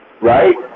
Right